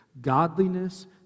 Godliness